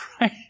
Right